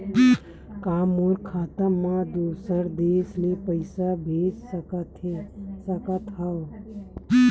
का मोर खाता म दूसरा देश ले पईसा भेज सकथव?